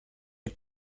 est